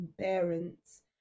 parents